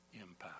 impact